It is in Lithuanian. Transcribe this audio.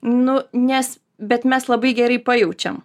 nu nes bet mes labai gerai pajaučiam